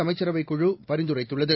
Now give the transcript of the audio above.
அமைச்சரவைக் குழு பரிந்துரைத்துள்ளது